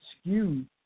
skewed